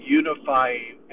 unifying